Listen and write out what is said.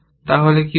তাহলে কি হচ্ছে